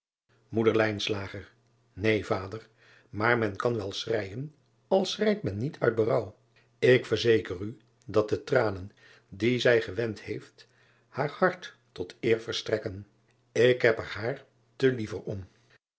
een vader maar men kan wel schreijen al schreit men niet uit berouw k verzeker u dat de tranen die zij geweend heeft haar hart tot eer verstrekken k heb er haar te liever om